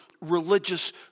religious